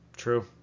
true